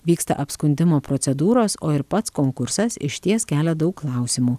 vyksta apskundimo procedūros o ir pats konkursas išties kelia daug klausimų